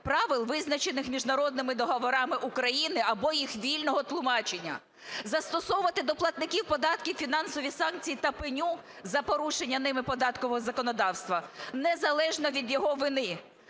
правил, визначених міжнародними договорами України або їх вільного тлумачення. Застосовувати до платників податків фінансові санкції та пеню за порушення ними податкового законодавства незалежно від його вини.